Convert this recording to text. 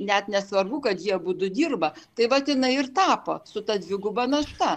net nesvarbu kad jie abudu dirba tai vat jinai ir tapo su ta dviguba našta